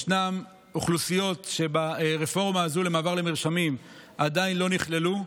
ישנן אוכלוסיות שברפורמה הזו למעבר למרשמים עדיין לא נכללו,